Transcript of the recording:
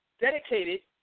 dedicated